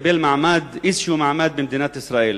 לקבל איזשהו מעמד במדינת ישראל.